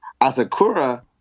Asakura